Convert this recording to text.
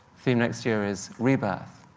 theme next year is re-birth.